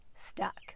stuck